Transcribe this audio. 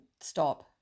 stop